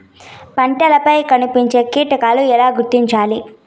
పంటలపై కనిపించే కీటకాలు ఎలా గుర్తించాలి?